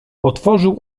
otworzył